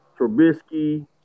Trubisky